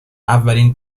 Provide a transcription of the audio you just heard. اولین